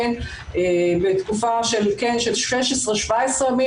היינו בתקופה של 17-16 ימים,